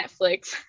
Netflix